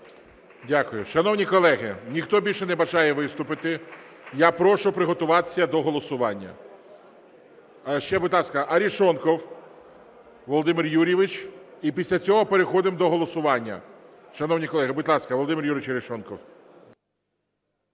Дякую. Шановні колеги, ніхто більше не бажає виступити? Я прошу приготувати до голосування. Ще, будь ласка, Арешонков Володимир Юрійович, і після цього переходимо до голосування. Шановні колеги, будь ласка, Володимир Юрійович Арешонков.